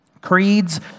Creeds